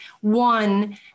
One